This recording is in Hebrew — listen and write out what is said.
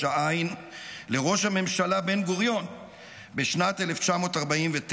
העין לראש הממשלה בן-גוריון בשנת 1949,